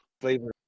flavor